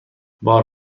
بار